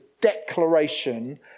declaration